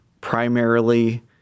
primarily